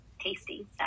tasty